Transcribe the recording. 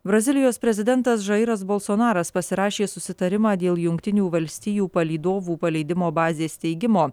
brazilijos prezidentas žairas bolsonaras pasirašė susitarimą dėl jungtinių valstijų palydovų paleidimo bazės steigimo